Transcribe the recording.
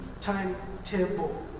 timetable